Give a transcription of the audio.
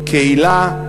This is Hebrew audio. קהילה,